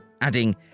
Adding